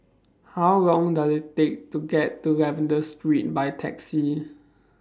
How Long Does IT Take to get to Lavender Street By Taxi